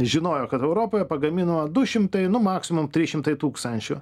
žinojo kad europoje pagamino du šimtai nu maksimums trys šimtai tūkstančių